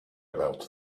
about